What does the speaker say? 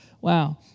Wow